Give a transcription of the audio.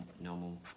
normal